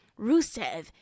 Rusev